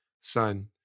son